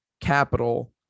capital